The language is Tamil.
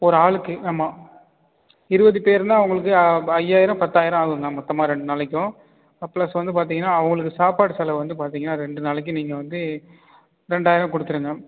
ஒரு ஆளுக்கு ஆமாம் இருபது பேர்னா உங்களுக்கு ஐயாயிரம் பத்தாயிரம் ஆகுங்க மொத்தமாக ரெண் நாளிக்கும் அ ப்ளஸ் வந்து பார்த்திங்கனா அவங்களுக்கு சாப்பாடு செலவு வந்து பார்த்திங்கனா ரெண்டு நாளைக்கு நீங்கள் வந்து ரெண்டாயிரம் கொடுத்துருங்க